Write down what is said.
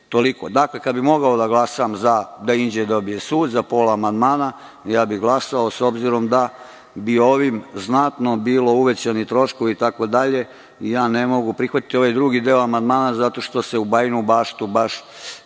Toliko. Dakle, kada bih mogao da glasam za da Inđija dobije sud, za pola amandmana, ja bih glasao. S obzirom, da bi ovim znatno bili uvećani troškovi itd, ja ne mogu prihvatiti ovaj drugi deo amandmana zato što se u Bajinu Baštu baš